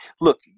look